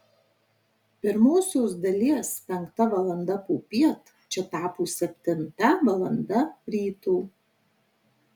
pirmosios dalies penkta valanda popiet čia tapo septinta valanda ryto